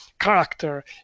character